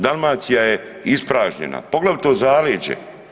Dalmacija je ispražnjena, poglavito zaleđe.